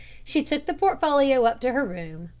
she took the portfolio up to her room,